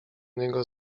niego